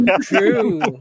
True